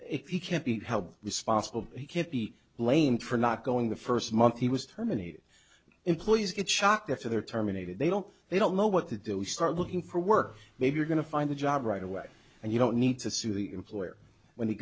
if you can't be held responsible you can't be blamed for not going the first month he was terminated employees get shocked if they're terminated they don't they don't know what to do start looking for work maybe you're going to find a job right away and you don't need to sue the employer when he